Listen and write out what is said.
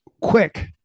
quick